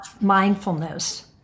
mindfulness